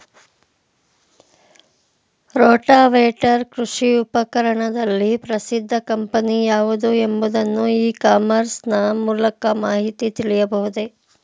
Rotavator ಕೃಷಿ ಉಪಕರಣದಲ್ಲಿ ಪ್ರಸಿದ್ದ ಕಂಪನಿ ಯಾವುದು ಎಂಬುದನ್ನು ಇ ಕಾಮರ್ಸ್ ನ ಮೂಲಕ ಮಾಹಿತಿ ತಿಳಿಯಬಹುದೇ?